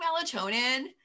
melatonin